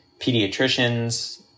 pediatricians